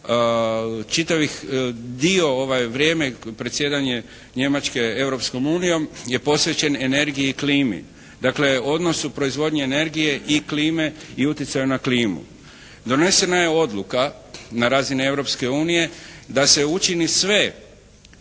čitavih, dio ovaj vrijeme predsjedanje Njemačke Europskom unijom je posvećen energiji i klimi. Dakle odnosu proizvodnje energije i klime i utjecaju na klimu. Donesena je odluka na razini Europske unije da se učini sve,